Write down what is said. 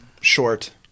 short